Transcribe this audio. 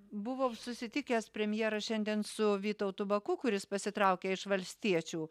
buvo susitikęs premjeras šiandien su vytautu baku kuris pasitraukė iš valstiečių